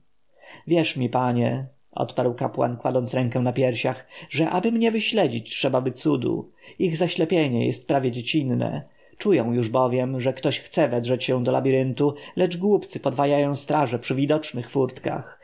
wierz mi panie odparł kapłan kładąc rękę na piersiach że aby mnie wyśledzić trzebaby cudu ich zaślepienie jest prawie dziecinne czują już bowiem że ktoś chce wedrzeć się do labiryntu lecz głupcy podwajają straże przy widocznych furtkach